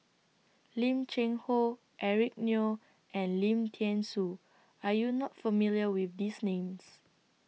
Lim Cheng Hoe Eric Neo and Lim Thean Soo Are YOU not familiar with These Names